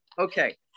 okay